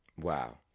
wow